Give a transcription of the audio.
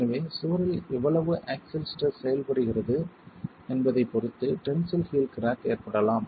எனவே சுவரில் எவ்வளவு ஆக்ஸில் ஸ்ட்ரெஸ் செயல்படுகிறது என்பதைப் பொறுத்து டென்சில் ஹீல் கிராக் ஏற்படலாம்